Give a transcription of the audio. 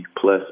plus